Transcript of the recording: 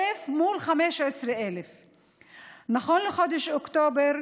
1,000 מול 15,000. נכון לחודש אוקטובר,